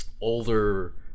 Older